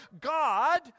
God